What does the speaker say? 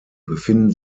befinden